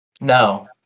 no